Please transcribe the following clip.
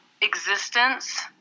existence